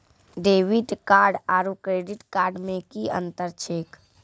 Debit card आरू credit card मे कि अन्तर छैक?